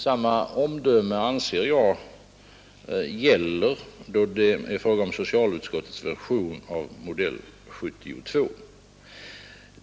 Samma omdöme anser jag vara berättigat då det gäller socialutskottets version av modell 1971.